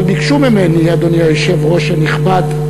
אבל ביקשו ממני, אדוני היושב-ראש הנכבד,